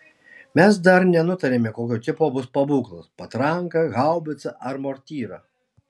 mes dar nenutarėme kokio tipo bus pabūklas patranka haubicą ar mortyra